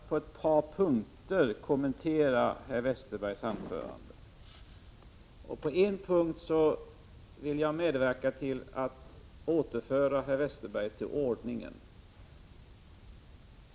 Herr talman! Jag vill endast på ett par punkter kommentera herr Westerbergs anförande. På en punkt skall jag medverka till att återföra herr Westerberg till ordningen.